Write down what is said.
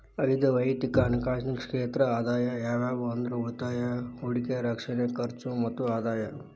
ಐದ್ ವಯಕ್ತಿಕ್ ಹಣಕಾಸಿನ ಕ್ಷೇತ್ರ ಅದಾವ ಯಾವ್ಯಾವ ಅಂದ್ರ ಉಳಿತಾಯ ಹೂಡಿಕೆ ರಕ್ಷಣೆ ಖರ್ಚು ಮತ್ತ ಆದಾಯ